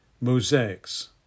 mosaics